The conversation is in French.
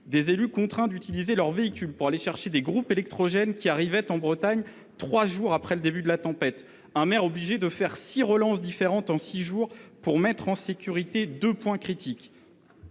des élus ont dû utiliser leur propre véhicule pour aller chercher des groupes électrogènes, envoyés en Bretagne trois jours après le début de la tempête ; enfin, un maire a été obligé de faire six relances différentes en six jours pour mettre en sécurité deux points critiques.